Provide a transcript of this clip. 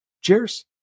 Cheers